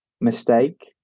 mistake